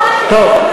טוב.